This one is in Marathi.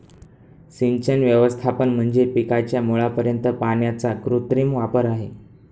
सिंचन व्यवस्थापन म्हणजे पिकाच्या मुळापर्यंत पाण्याचा कृत्रिम वापर आहे